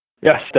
Yes